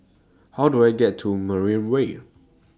How Do I get to Mariam Way